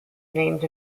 named